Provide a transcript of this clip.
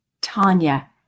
Tanya